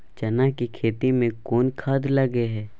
चना के खेती में कोन खाद लगे हैं?